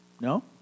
No